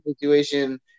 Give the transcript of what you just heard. situation